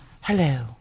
Hello